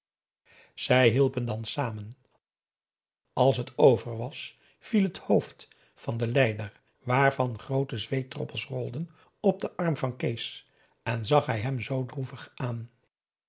zij hielpen dan samen als het over was viel het hoofd van den lijder waarvan groote zweetdroppels rolden op den arm van kees en zag hij hem zoo droevig aan